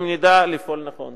אם נדע לפעול נכון.